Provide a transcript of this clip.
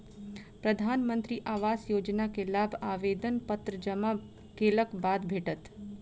प्रधानमंत्री आवास योजना के लाभ आवेदन पत्र जमा केलक बाद भेटत